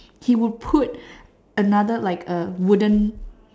he would put another like a wooden